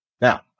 Now